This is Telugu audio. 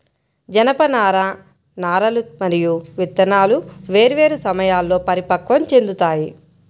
జనపనార నారలు మరియు విత్తనాలు వేర్వేరు సమయాల్లో పరిపక్వం చెందుతాయి